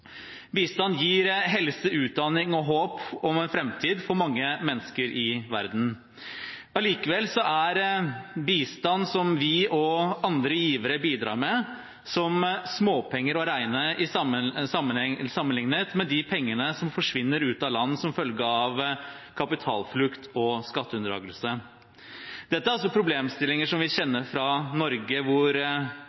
Bistand gir helse, utdanning og håp om en framtid for mange mennesker i verden. Allikevel er bistand som vi og andre givere bidrar med, for småpenger å regne sammenlignet med de pengene som forsvinner ut av land som følge av kapitalflukt og skatteunndragelse. Dette er problemstillinger som vi